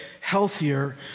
healthier